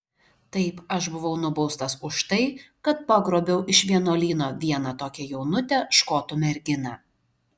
taip aš buvau nubaustas už tai kad pagrobiau iš vienuolyno vieną tokią jaunutę škotų merginą